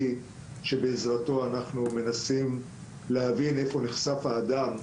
שבעזרתו אנחנו מנסים להבין איפה נחשף האדם,